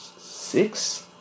six